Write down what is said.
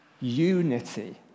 unity